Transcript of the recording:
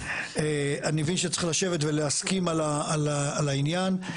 צריך לשבת ולהסכים על העניין.